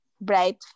bright